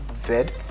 fed